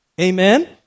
Amen